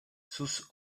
sus